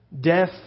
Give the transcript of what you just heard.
death